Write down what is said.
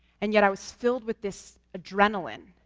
and yet i was filled with this adrenaline.